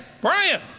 Brian